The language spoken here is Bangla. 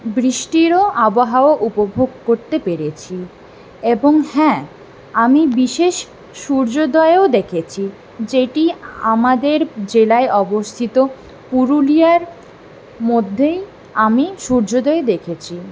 বৃষ্টিটিরও আবহাওয়া উপভোগ করতে পেরেছি এবং হ্যাঁ আমি বিশেষ সূর্যোদয়ও দেখেছি যেটি আমাদের জেলায় অবস্থিত পুরুলিয়ার মধ্যেই আমি সূর্যোদয় দেখেছি